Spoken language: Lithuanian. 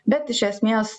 bet iš esmės